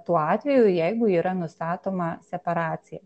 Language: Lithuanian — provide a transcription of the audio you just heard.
tuo atveju jeigu yra nustatoma separacija